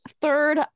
Third